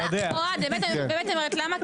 אני באמת אומרת, למה?